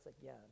again